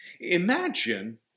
Imagine